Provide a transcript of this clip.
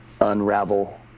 unravel